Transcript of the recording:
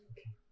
Okay